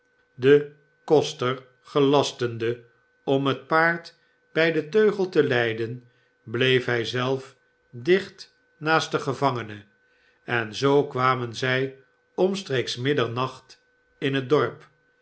den koster gelastende om het paard bij den teugel te leiden bleef hij zelf dicht naast den gevangene en zoo kwamen zij omstreeks middernacht in het dorp